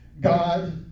God